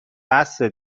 بسه